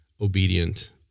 obedient